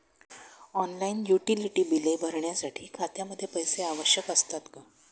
Online utility बिले भरण्यासाठी खात्यामध्ये पैसे आवश्यक असतात का?